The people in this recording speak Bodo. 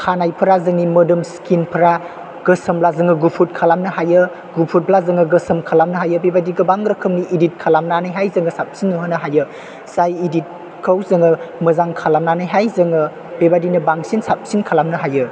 खानायफ्रा जोंनि मोदोम स्किनफ्रा गोसोमब्ला जोङो गुफुर खालामनो हायो गुफुरब्ला जों गोसोम खालामनो हायो बेबायदि गोबां रोखोमनि इदित खालामनानैहाय जों साबसिन नुहोनो हायो जाय इदितखौ जों मोजां खालामनानैहाय जों बेबायदिनो बांसिन साबसिन खालामनो हायो